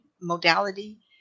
modality